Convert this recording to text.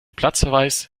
platzverweis